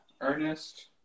Ernest